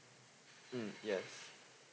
mm yes